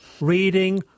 reading